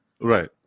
right